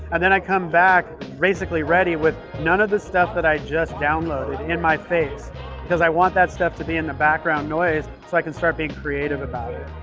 and then i come back basically ready with none of the stuff that i just downloaded in my face because i want that stuff to be in the background noise so i can start being creative about it.